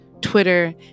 Twitter